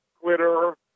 Twitter